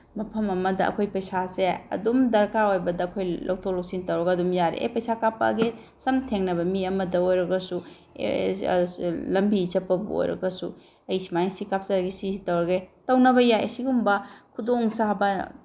ꯃꯐꯝ ꯑꯃꯗ ꯑꯩꯈꯣꯏ ꯄꯩꯁꯥꯁꯦ ꯑꯗꯨꯝ ꯗꯔꯀꯥꯔ ꯑꯣꯏꯕꯗ ꯑꯩꯈꯣꯏ ꯂꯧꯊꯣꯛ ꯂꯧꯁꯤꯟ ꯇꯧꯔꯒ ꯑꯗꯨꯝ ꯌꯥꯔꯛꯑꯦ ꯄꯩꯁꯥ ꯀꯥꯞꯄꯛꯑꯒꯦ ꯁꯝ ꯊꯦꯡꯅꯕ ꯃꯤ ꯑꯃꯗ ꯑꯣꯏꯔꯒꯁꯨ ꯑꯦ ꯂꯝꯕꯤ ꯆꯠꯄꯕꯨ ꯑꯣꯏꯔꯒꯁꯨ ꯑꯩ ꯁꯨꯃꯥꯏꯅ ꯁꯤ ꯀꯥꯞꯆꯒꯦ ꯁꯤ ꯇꯧꯔꯒꯦ ꯇꯧꯅꯕ ꯌꯥꯏ ꯁꯤꯒꯨꯝꯕ ꯈꯨꯗꯣꯡꯆꯥꯕ